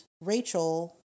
Rachel